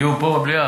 דיון פה במליאה?